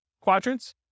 quadrants